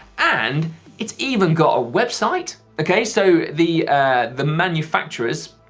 and it's even got a website. okay, so the the manufacturers,